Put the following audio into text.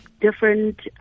different